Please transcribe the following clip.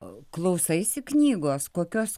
o klausaisi knygos kokios